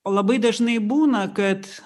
o labai dažnai būna kad